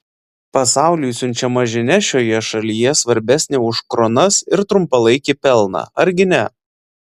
pasauliui siunčiama žinia šioje šalyje svarbesnė už kronas ir trumpalaikį pelną argi ne